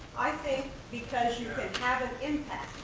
i think because you can have an impact.